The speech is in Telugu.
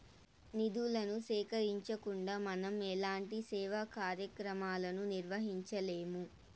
నిధులను సేకరించకుండా మనం ఎలాంటి సేవా కార్యక్రమాలను నిర్వహించలేము